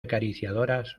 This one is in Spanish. acariciadoras